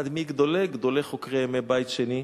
היה אחד מגדולי גדולי חוקרי ימי בית שני,